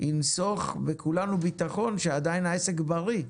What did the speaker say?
ינסוך בכולנו בטחון שעדיין העסק בריא.